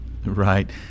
Right